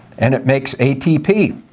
and it makes atp.